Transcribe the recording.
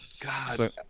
God